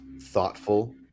thoughtful